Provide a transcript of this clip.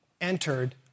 entered